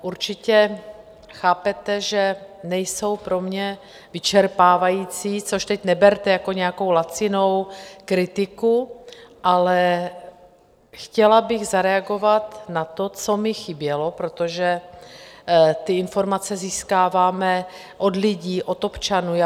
Určitě chápete, že nejsou pro mě vyčerpávající, což teď neberte jako nějakou lacinou kritiku, ale chtěla bych zareagovat na to, co mi chybělo, protože ty informace získáváme od lidí, od občanů.